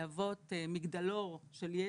להוות מגדלור של ידע,